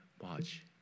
watch